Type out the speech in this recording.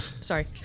sorry